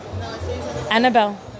Annabelle